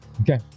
okay